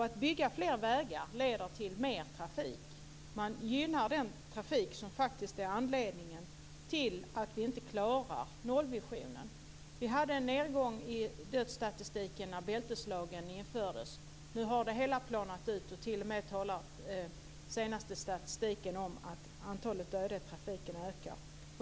Att bygga fler vägar leder till mer trafik. Man gynnar den trafik som är anledningen till att vi inte klarar nollvisionen. Vi hade en nedgång i dödsstatistiken när bälteslagen infördes. Nu har det hela planat ut, och t.o.m. talar den senaste statistiken om att antalet döda i trafiken ökar.